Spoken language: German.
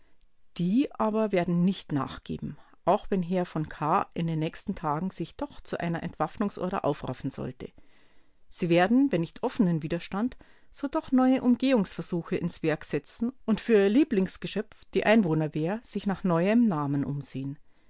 die aber werden nicht nachgeben auch wenn herr v kahr in den nächsten tagen sich doch zu einer entwaffnungsorder aufraffen sollte sie werden wenn nicht offenen widerstand so doch neue umgehungsversuche ins werk setzen und für ihr lieblingsgeschöpf die einwohnerwehr sich nach neuem namen umsehen